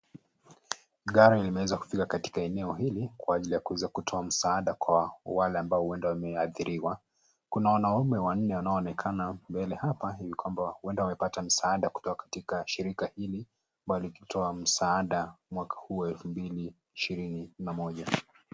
Gari limeweza kufika katika eneo hili, kwa ajili ya kuweza kutoa msaada kwa wale ambao huenda wameathiriwa. Kuna wanaume wanne wanaonekana mbele hapa ili kwamba huenda wamepata misaada kutoka katika shirika hili bali kutoa msaada mwaka huu wa 2021.